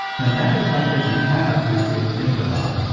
then that is something you cannot do in inpadoc,